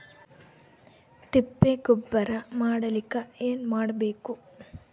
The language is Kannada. ತಿಪ್ಪೆ ಗೊಬ್ಬರ ಮಾಡಲಿಕ ಏನ್ ಮಾಡಬೇಕು?